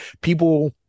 people